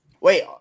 Wait